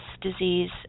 disease